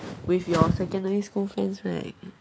with your secondary school friends right